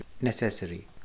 necessary